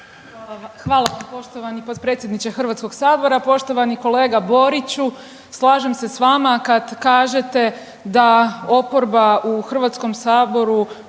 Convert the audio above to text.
Hvala vam poštovani potpredsjedniče Hrvatskog sabora. Poštovani kolega Boriću, slažem se sa vama kad kažete da oporba u Hrvatskom saboru